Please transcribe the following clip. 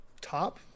top